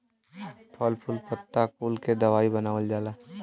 फल फूल पत्ता कुल के दवाई बनावल जाला